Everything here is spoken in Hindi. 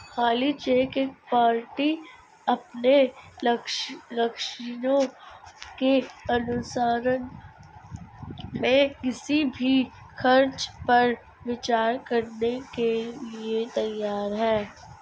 खाली चेक एक पार्टी अपने लक्ष्यों के अनुसरण में किसी भी खर्च पर विचार करने के लिए तैयार है